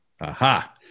Aha